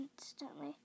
instantly